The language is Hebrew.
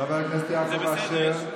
חבר הכנסת יעקב אשר.